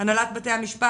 הנהלת בתי המשפט,